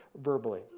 verbally